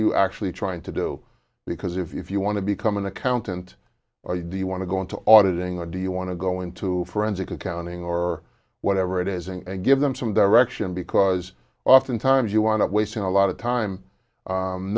you actually trying to do because if you want to become an accountant are you do you want to go into auditing or do you want to go into forensic accounting or whatever it is and give them some direction because oftentimes you want up wasting a lot of time